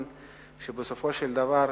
בסופו של דבר,